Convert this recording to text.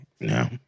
No